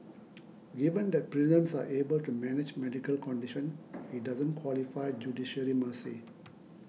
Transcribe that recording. given that prisons are able to manage medical condition he doesn't qualify for judicial mercy